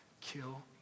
kill